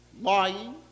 lying